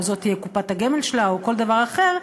זו תהיה קופת הגמל שלה או כל דבר אחר,